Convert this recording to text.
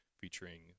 featuring